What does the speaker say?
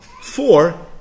four